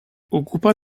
ocupa